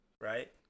Right